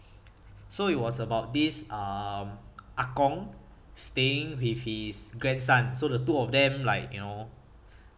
so it was about this um ah kong staying with his grandson so the two of them like you know